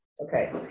Okay